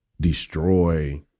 destroy